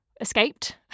escaped